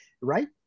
right